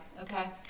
Okay